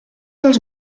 dels